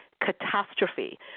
catastrophe